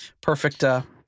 perfect